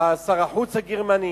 שר החוץ הגרמני.